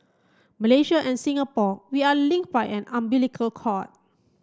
Malaysia and Singapore we are linked by an umbilical cord